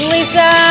Lisa